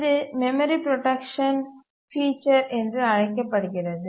இது memory protection feature என்று அழைக்கப்படுகிறது